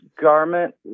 garment